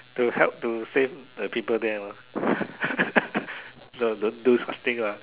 to help to save the people there lah no don't do such thing lah